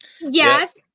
Yes